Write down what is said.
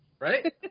right